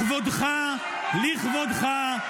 לכבודך,